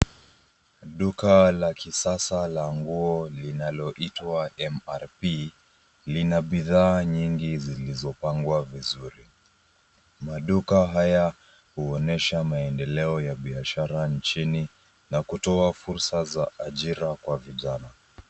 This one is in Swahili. Duka la kisasa la nguo linaloitwa mrp lina bidhaa nyingi zilizopangwa vizuri. Maduka haya huonyesha maendeleo ya biashara nchini na kutoa fursa za ajira kwa vijana.